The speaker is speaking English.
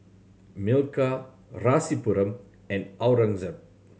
Milkha Rasipuram and Aurangzeb